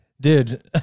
Dude